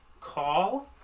call